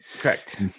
Correct